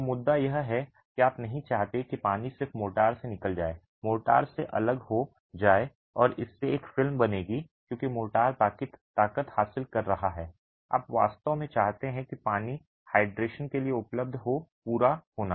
तो मुद्दा यह है कि आप नहीं चाहते कि पानी सिर्फ मोर्टार से निकल जाए मोर्टार से अलग हो जाए और इससे एक फिल्म बनेगी क्योंकि मोर्टार ताकत हासिल कर रहा है आप वास्तव में चाहते हैं कि पानी हाइड्रेशन के लिए उपलब्ध हो पूरा होना